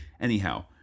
Anyhow